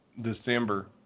December